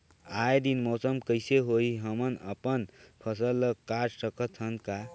आय दिन मौसम कइसे होही, हमन अपन फसल ल काट सकत हन का?